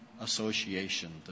Association